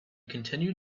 continue